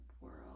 world